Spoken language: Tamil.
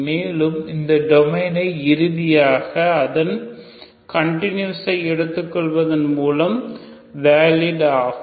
மேலும் இந்த டொமைனை இறுதியாக அதன் கண்டுனுயஸ்ஸை எடுத்துக்கொள்வதன் மூலம் வேலிட் ஆகும்